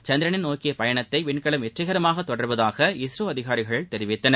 சந்திரனை நோக்கிய பயணத்தை விண்கவம் வெற்றிகரமாக தொடருவதாக இஸ்ரோ அதிகாரிகள் தெரிவித்தனர்